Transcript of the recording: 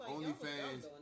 OnlyFans